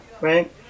right